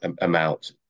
amount